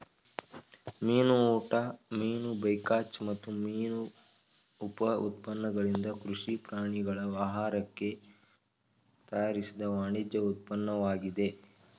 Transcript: ಮೀನು ಊಟ ಮೀನು ಬೈಕಾಚ್ ಮತ್ತು ಮೀನು ಉಪ ಉತ್ಪನ್ನಗಳಿಂದ ಕೃಷಿ ಪ್ರಾಣಿಗಳ ಆಹಾರಕ್ಕಾಗಿ ತಯಾರಿಸಿದ ವಾಣಿಜ್ಯ ಉತ್ಪನ್ನವಾಗಿದೆ